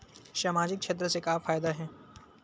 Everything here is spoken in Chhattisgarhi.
सामजिक क्षेत्र से का फ़ायदा हे?